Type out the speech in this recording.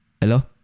Hello